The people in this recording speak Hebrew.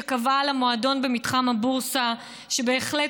שקבעה על המועדון במתחם הבורסה שבהחלט